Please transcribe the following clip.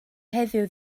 heddiw